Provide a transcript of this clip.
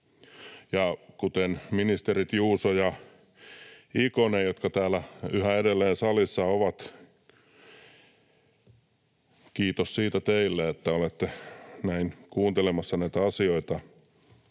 sanoivat ministerit Juuso ja Ikonen, jotka täällä salissa yhä edelleen ovat — kiitos siitä teille, että olette näin kuuntelemassa näitä asioita